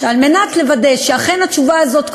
שעל מנת לוודא שאכן התשובה הזאת,